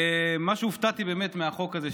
מה שהופתעתי באמת מהחוק הזה,